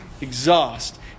exhaust